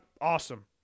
awesome